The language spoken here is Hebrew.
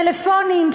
טלפונים,